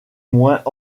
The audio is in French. moins